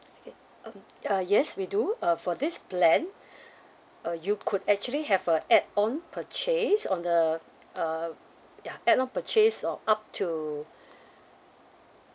okay um uh yes we do uh for this plan uh you could actually have a add on purchase on the uh ya add on purchase or up to